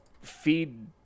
feed